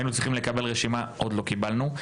היינו צריכים לקבל רשימה, עוד לא קיבלנו.